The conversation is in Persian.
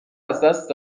ازدست